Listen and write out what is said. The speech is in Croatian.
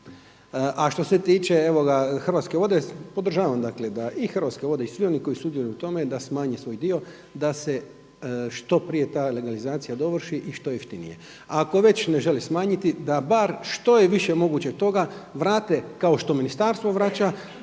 A što se tiče Hrvatske vode, podržavam dakle da i Hrvatske vode i svi oni koji sudjeluju u tome da smanje svoj dio da se što prije ta legalizacija dovrši i što jeftinije. A ako već ne želi smanjiti da bar što je više moguće toga vrate kao što ministarstvo vraća